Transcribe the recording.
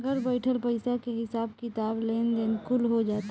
घर बइठल पईसा के हिसाब किताब, लेन देन कुल हो जाला